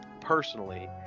personally